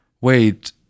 Wait